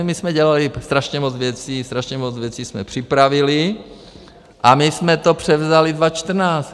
My jsme dělali strašně moc věcí, strašně moc věcí jsme připravili a my jsme to převzali 2014.